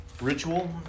ritual